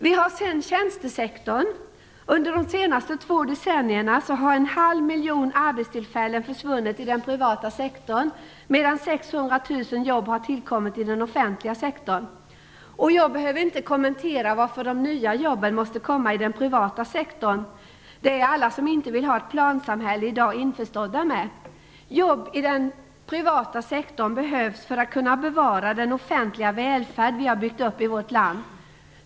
Sedan har vi tjänstesektorn. Under de senaste två decennierna har en halv miljon arbetstillfällen försvunnit i den privata sektorn, medan 600 000 jobb har tillkommit i den offentliga sektorn. Jag behöver inte kommentera varför de nya jobben måste komma i den privata sektorn. Det är alla som inte vill ha ett plansamhälle i dag införstådda med. Jobb i den privata sektorn behövs för att kunna bevara den offentliga välfärd vi har byggt upp i vårt land.